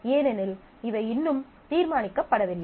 ஏனெனில் இவை இன்னும் தீர்மானிக்கப்படவில்லை